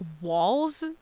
walls